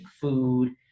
food